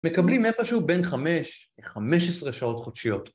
מקבלים איפשהו בין 5 ל-15 שעות חודשיות.